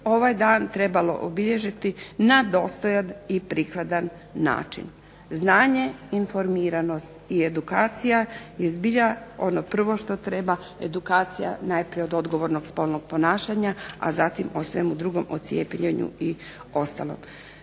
ovaj dan trebalo obilježiti na dostojan i prikladan način. Znanje, informiranost i edukacija i zbilja ono prvo što treba edukacija najprije od odgovornog spolnog ponašanja, a zatim o svemu drugom, o cijepljenju i ostalom.